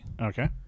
Okay